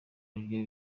ariryo